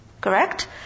Correct